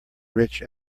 rich